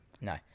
No